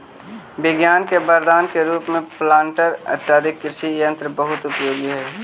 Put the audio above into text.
विज्ञान के वरदान के रूप में प्लांटर आदि कृषि यन्त्र बहुत उपयोगी हई